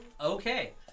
Okay